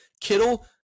Kittle